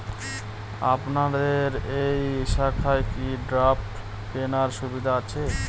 আপনাদের এই শাখায় কি ড্রাফট কেনার সুবিধা আছে?